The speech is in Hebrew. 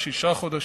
שישה חודשים.